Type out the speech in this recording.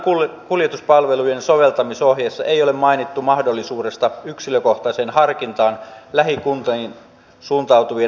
kunnan kuljetuspalvelujen soveltamisohjeissa ei ole mainittu mahdollisuudesta yksilökohtaiseen harkintaan lähikuntiin suuntautuvien matkojen osalta